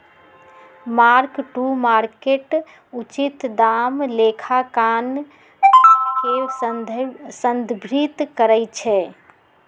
mark to market उचित दाम लेखांकन के संदर्भित करइ छै